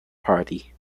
party